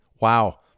Wow